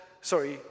sorry